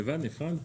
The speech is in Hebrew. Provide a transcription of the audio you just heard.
לבד?